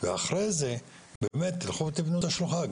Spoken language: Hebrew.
ואחרי זה תלכו ותבנו את השלוחה.